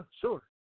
sure